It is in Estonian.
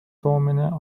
toomine